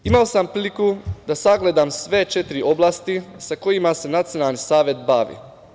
Imao sam priliku da sagledam sve četiri oblasti sa kojima se Nacionalni savet bavi.